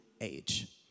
age